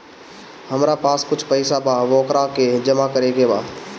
हमरा पास कुछ पईसा बा वोकरा के जमा करे के बा?